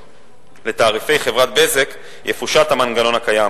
לתעריפי חברת "בזק" יפושט המנגנון הקיים,